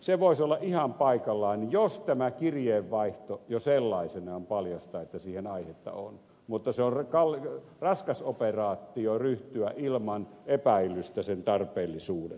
se voisi olla ihan paikallaan jos tämä kirjeenvaihto jo sellaisenaan paljastaa että siihen aihetta on mutta se on raskas operaatio ryhtyä ilman epäilystä sen tarpeellisuudesta